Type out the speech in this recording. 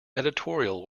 editorial